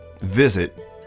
visit